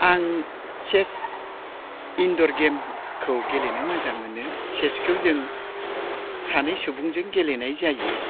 आं चेस इन्दर गेमखौ गेलेनो मोजां मोनो चेसखौ जों सानै सुबुंजों गेलेनाय जायो